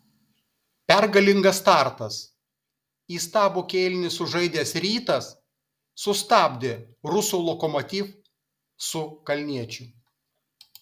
pergalingas startas įstabų kėlinį sužaidęs rytas sustabdė rusų lokomotiv su kalniečiu